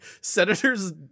senator's